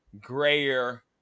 grayer